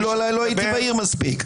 כי אולי לא הייתי בהיר מספיק.